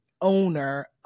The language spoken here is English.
owner